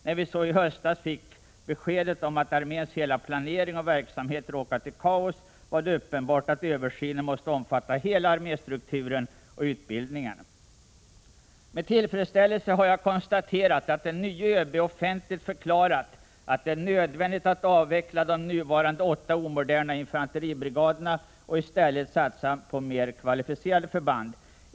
När vi så i höstas fick beskedet om att arméns hela planering och verksamhet råkat i kaos, var det uppenbart att översynen måste omfatta hela arméstrukturen och utbildningen. Med tillfredsställelse har jag konstaterat att den nye ÖB offentligt har förklarat att det är nödvändigt att avveckla de nuvarande åtta omoderna infanteribrigaderna och i stället satsa på mer kvalificerade förband.